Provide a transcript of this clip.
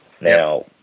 Now